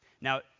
Now